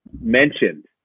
mentioned